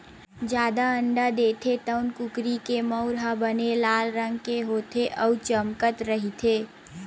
जादा अंडा देथे तउन कुकरी के मउर ह बने लाल रंग के होथे अउ चमकत रहिथे